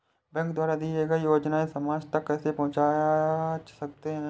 Bank द्वारा दिए गए योजनाएँ समाज तक कैसे पहुँच सकते हैं?